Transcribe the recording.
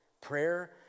prayer